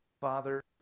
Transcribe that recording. Father